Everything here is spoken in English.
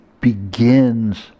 begins